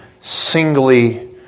singly